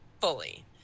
fully